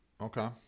okay